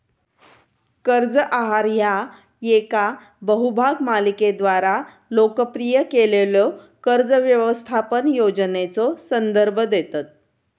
कर्ज आहार ह्या येका बहुभाग मालिकेद्वारा लोकप्रिय केलेल्यो कर्ज व्यवस्थापन योजनेचो संदर्भ देतत